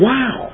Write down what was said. Wow